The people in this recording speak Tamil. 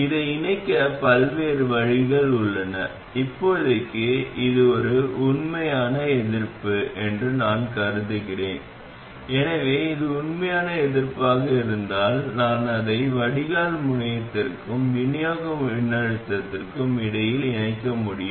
அதை இணைக்க பல்வேறு வழிகள் உள்ளன இப்போதைக்கு இது ஒரு உண்மையான எதிர்ப்பு என்று நான் கருதுகிறேன் எனவே இது உண்மையான எதிர்ப்பாக இருந்தால் நான் அதை வடிகால் முனையத்திற்கும் விநியோக மின்னழுத்தத்திற்கும் இடையில் இணைக்க முடியும்